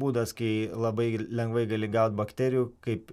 būdas kai labai lengvai gali gaut bakterijų kaip